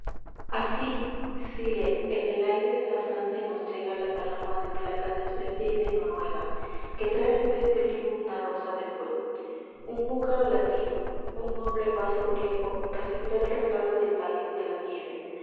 así sire en el aire de la francia nos llega la paloma de plata de suecia y de noruega que trae en vez de olivo una rosa de fuego un búcaro latino un noble vaso griego recibirá el regalo del país de la nieve